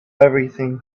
everything